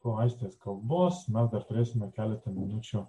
po aistės kalbos mes dar turėsime keletą minučių